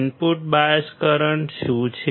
input bias current શું છે